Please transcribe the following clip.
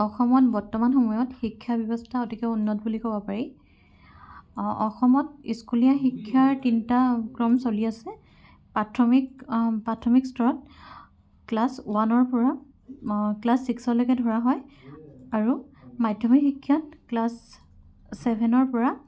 অসমত বৰ্তমান সময়ত শিক্ষা ব্যৱস্থা অতিকে উন্নত বুলি ক'ব পাৰি অসমত স্কুলীয়া শিক্ষাৰ তিনিটা ক্ৰম চলি আছে প্ৰাথমিক প্ৰাথমিক স্তৰত ক্লাছ ওৱানৰ পৰা ক্লাছ ছিক্সলৈকে ধৰা হয় আৰু মাধ্যমিক শিক্ষাত ক্লাছ ছেভেনৰ পৰা